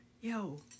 yo